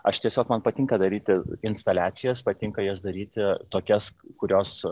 aš tiesiog man patinka daryti instaliacijas patinka jas daryti tokias kurios